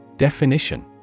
Definition